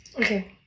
Okay